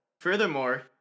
Furthermore